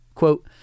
Quote